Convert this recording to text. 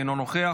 אינו נוכח,